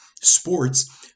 sports